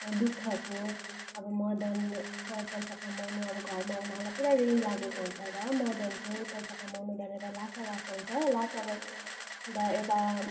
दुःखको अब मदन क पैसा कमाउनु अब घरमा उनीहरूलाई पुरा ऋण लागेको हुन्छ र मदन चाहिँ पैसा कमाउन भनेर ल्हासा गाको हुन्छ ल्हासाबाट अन्त यता